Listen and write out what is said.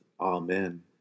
Amen